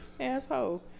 Asshole